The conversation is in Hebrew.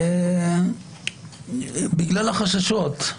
בגלל החששות.